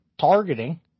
targeting